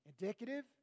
Indicative